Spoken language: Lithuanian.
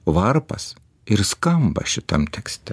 varpas ir skamba šitam tekste